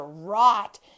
rot